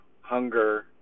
hunger